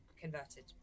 converted